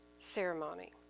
ceremony